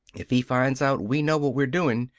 if he finds out we know what we're doin',